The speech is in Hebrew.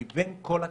ומבין כל הכלים,